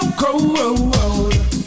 cold